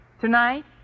Tonight